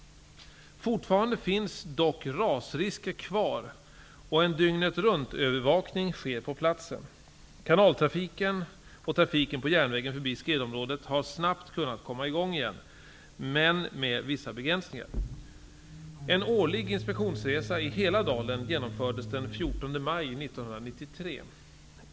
Fortfarande finns dock rasrisker kvar och en dygnetruntövervakning sker på platsen. Kanaltrafiken och trafiken på järnvägen förbi skredområdet har snabbt kunnat komma i gång igen men med vissa begränsningar. En årlig inspektionsresa i hela dalen genomfördes den 14 maj 1993.